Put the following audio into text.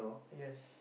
yes